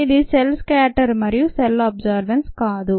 ఇది cell scatter మరియు cell absorbance కాదు